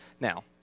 Now